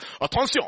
Attention